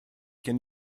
can